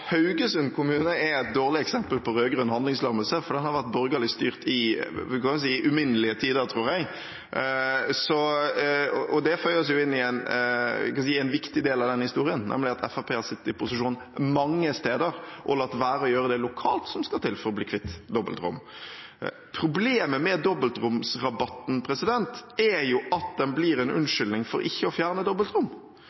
Haugesund kommune er et dårlig eksempel på rød-grønn handlingslammelse, for den har vært borgerlig styrt i uminnelige tider, tror jeg. Det føyer seg jo inn i en viktig del av den historien, nemlig ved at Fremskrittspartiet har sittet i posisjon mange steder og latt være å gjøre lokalt det som skal til for å bli kvitt dobbeltrom. Problemet med dobbeltromsrabatten er at den blir en unnskyldning for ikke å fjerne dobbeltrom.